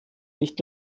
nicht